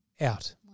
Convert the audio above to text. out